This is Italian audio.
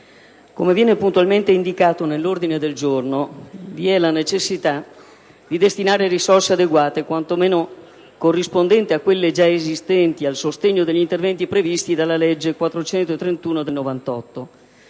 Come viene puntualmente indicato nell'ordine del giorno, vi è la necessità di destinare risorse adeguate, quantomeno corrispondenti a quelle già esistenti, al sostegno degli interventi previsti dalla legge n. 431 del 1998.